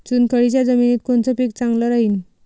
चुनखडीच्या जमिनीत कोनचं पीक चांगलं राहीन?